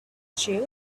true